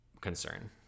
concern